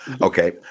Okay